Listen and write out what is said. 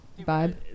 vibe